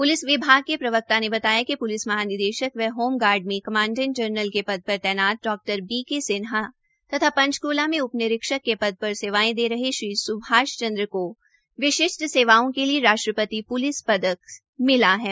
police विभाग के प्रवक्ता ने बताया कि प्लिस महानिदेशक व होम गार्ड में कमांडेट जनरल के पद पर तैनात डा बी के सिन्हा तथा पंचकूला में उप निरीक्षक के पद पर सेवाएं दे रहे श्री सुभाष चन्द्र को विशिष्ट सेवाओं के लिए राष्ट्रपति प्लिस पदक मिलाहै